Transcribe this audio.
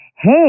hey